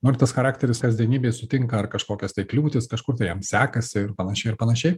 nu ir tas charakteris kasdienybėj sutinka ar kažkokias kliūtis kažkur tai jam sekasi ir panašiai ir panašiai